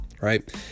right